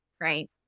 right